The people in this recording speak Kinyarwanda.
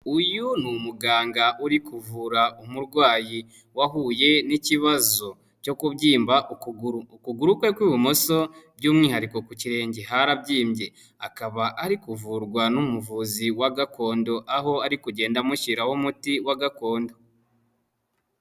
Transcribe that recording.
Uyu ni umuganga uri kuvura umurwayi wahuye n'ikibazo cyo kubyimba ukuguru, ukuguru kwe kw'ibumoso by'umwihariko ku kirenge harabyimbye, akaba ari kuvurwa n'umuvuzi wa gakondo, aho ari kugenda amushyiraho umuti wa gakondo.